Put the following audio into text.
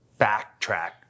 backtrack